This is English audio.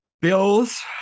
Bills